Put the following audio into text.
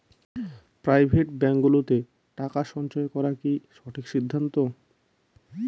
Private ব্যাঙ্কগুলোতে টাকা সঞ্চয় করা কি সঠিক সিদ্ধান্ত?